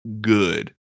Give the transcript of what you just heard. good